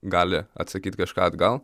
gali atsakyti kažką atgal